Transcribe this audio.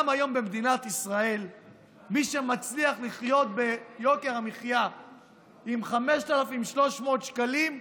גם היום במדינת ישראל מי שמצליח לחיות ביוקר המחיה עם 5,300 שקלים,